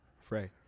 Frey